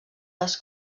les